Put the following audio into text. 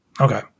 Okay